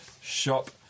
shop